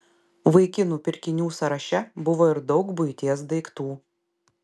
vaikinų pirkinių sąraše buvo ir daug buities daiktų